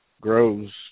grows